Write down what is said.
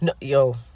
yo